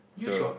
so